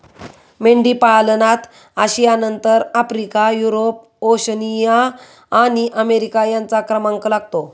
मेंढीपालनात आशियानंतर Africa, Europe, Oceania आणि अमेरिका यांचा क्रमांक लागतो